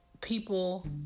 people